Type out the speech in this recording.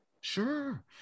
Sure